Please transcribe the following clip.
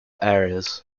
areas